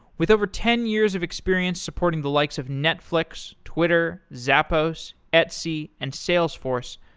with over ten years of experience supporting the likes of netflix, twitter, zappos, etsy, and salesforce,